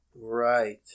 Right